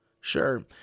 Sure